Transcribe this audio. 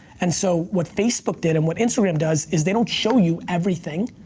and so, what facebook did and what instagram does, is they don't show you everything.